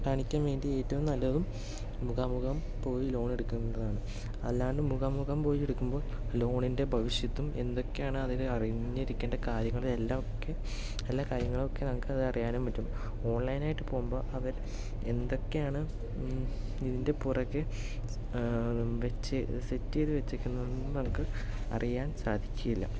കാണിക്കാൻ വേണ്ടി ഏറ്റവും നല്ലതും മുഖാമുഖം പോയി ലോൺ എടുക്കുന്നതാണ് അല്ലാണ്ട് മുഖാമുഖം പോയി എടുക്കുമ്പോൾ ലോണിന്റെ ഭവിഷ്യത്തും എന്തൊക്കെയാണ് അതിൽ അറിഞ്ഞിരിക്കേണ്ട കാര്യങ്ങളും എല്ലാം എല്ലാ കാര്യങ്ങളുമൊക്കെ നമുക്കത് അറിയാനും പറ്റും ഓൺലൈൻ ആയിട്ട് പോവുമ്പോൾ അവർ എന്തൊക്കെയാണ് ഇതിന്റെ പുറകെ വെച്ച് സെറ്റ് ചെയ്ത് വെച്ചേക്കുന്നതൊന്നും നമുക്ക് അറിയാൻ സാധിക്കില്ല